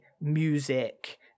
music